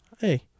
Hey